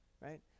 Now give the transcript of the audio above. right